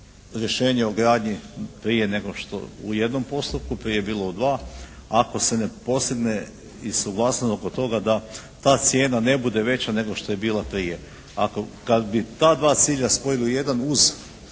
rješenje o gradnji prije nego što u jednom postupku, prije je bilo dva, ako se ne postigne i suglasnost oko toga da ta cijena ne bude veća nego što je bila prije. Kad bi ta dva cilja spojili u jedan uz